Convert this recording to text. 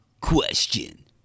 Question